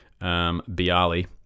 Biali